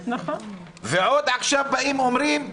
ועוד עכשיו אומרים: